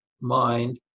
mind